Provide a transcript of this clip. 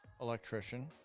electrician